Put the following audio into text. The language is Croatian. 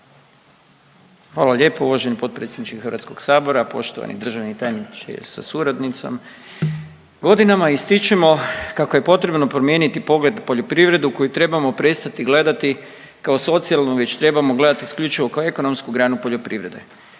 Hvala lijepo uvaženi potpredsjedniče HS. Poštovani državni tajniče sa suradnicom. Godinama ističemo kako je potrebno promijeniti pogled na poljoprivredu koju trebamo prestati gledati kao socijalnu, već trebamo gledati isključivo kao ekonomsku granu poljoprivrede.